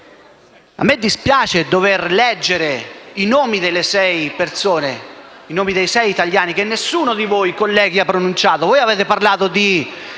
A me dispiace dover leggere i nomi dei sei italiani che nessuno di voi colleghi ha pronunciato. Voi avete parlato di